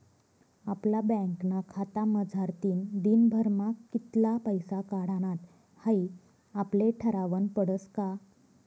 आपला बँकना खातामझारतीन दिनभरमा कित्ला पैसा काढानात हाई आपले ठरावनं पडस का